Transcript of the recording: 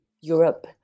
Europe